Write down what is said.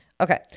Okay